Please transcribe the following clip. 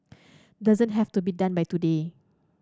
doesn't have to be done by today